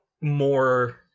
more